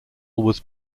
was